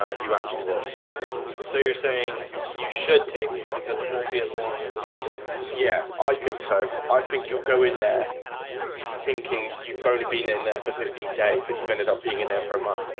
ah actually was so you're saying you should take it because it won't be as long as it feels yeah, i think so. i think you'll go in there thinking you've only been in there for fifteen days, but you've ended up being in there for a month